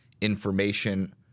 information